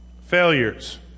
failures